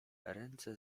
ręce